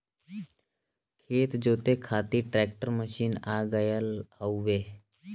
खेत जोते खातिर ट्रैकर मशीन आ गयल हउवे